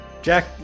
Jack